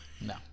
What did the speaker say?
No